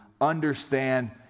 understand